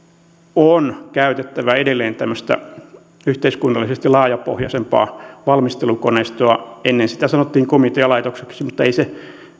on käytettävä edelleen tämmöistä yhteiskunnallisesti laajapohjaisempaa valmistelukoneistoa ennen sitä sanottiin komitealaitokseksi mutta ei se